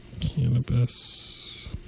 cannabis